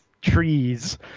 trees